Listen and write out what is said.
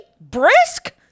Brisk